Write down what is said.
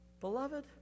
Beloved